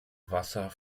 wasser